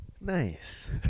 Nice